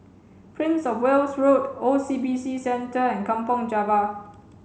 Prince Of Wales Road O C B C Centre and Kampong Java